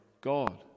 God